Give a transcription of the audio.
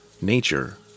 Nature